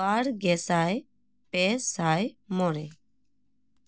ᱵᱟᱨ ᱜᱮᱥᱟᱭ ᱯᱮᱥᱟᱭ ᱢᱚᱬᱮ